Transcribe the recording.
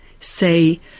Say